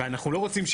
ואנחנו לא רוצים,